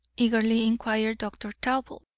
eagerly inquired dr. talbot.